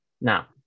Now